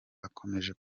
bakomeje